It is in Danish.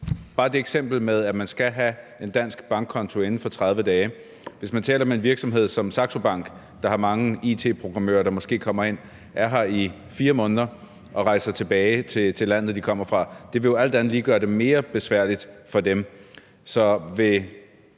tage det eksempel, at man skal have en dansk bankkonto inden 3 måneder . Hvis man taler om en virksomhed som Saxo Bank, der har mange it-programmører, der måske kommer ind og er her i 4 måneder og så rejser tilbage til landet, de kommer fra, vil det jo alt andet lige gøre det mere besværligt for dem.